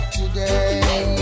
today